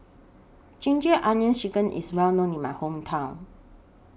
Ginger Onions Chicken IS Well known in My Hometown